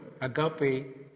agape